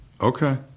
Okay